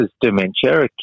dementia